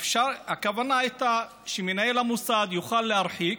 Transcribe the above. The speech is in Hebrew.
הכוונה הייתה שמנהל המוסד יוכל להרחיק,